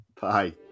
Bye